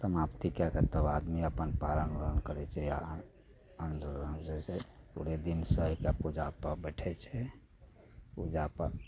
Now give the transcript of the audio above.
समाप्ति कए कऽ तब आदमी अपन पारण उरण करय छै आओर अन्न ग्रहण करय पूरे दिन सएह कऽ पूजापर बैठय छै